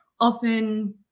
often